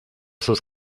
sus